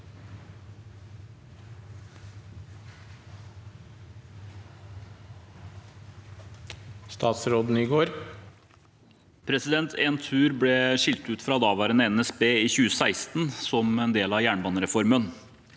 Entur ble skilt ut fra daværende NSB i 2016, som en del av jernbanereformen.